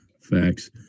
Facts